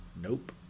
Nope